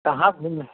कहाँ घूमें